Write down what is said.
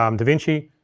um davinci.